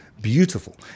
beautiful